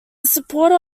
supporter